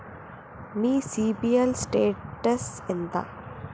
మీ CIBIL status ఎంత?